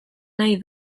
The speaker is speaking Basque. nahi